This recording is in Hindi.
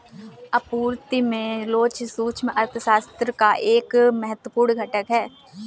आपूर्ति में लोच सूक्ष्म अर्थशास्त्र का एक महत्वपूर्ण घटक है